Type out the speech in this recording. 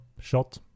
shot